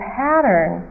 pattern